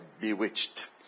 bewitched